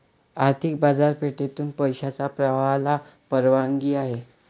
आर्थिक बाजारपेठेतून पैशाच्या प्रवाहाला परवानगी आहे